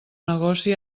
negoci